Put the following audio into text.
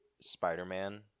Spider-Man